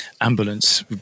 ambulance